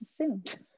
assumed